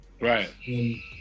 Right